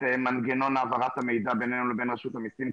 מנגנון העברת המידע בינינו לבין רשות המסים,